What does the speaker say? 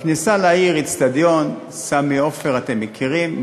בכניסה לעיר, אצטדיון "סמי עופר", אתם מכירים?